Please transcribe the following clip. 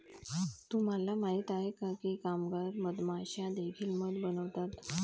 तुम्हाला माहित आहे का की कामगार मधमाश्या देखील मध बनवतात?